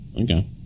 Okay